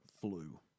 flu